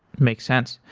makes sense.